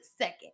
second